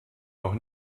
noch